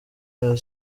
rayon